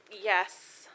Yes